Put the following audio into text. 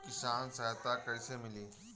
किसान सहायता कईसे मिली?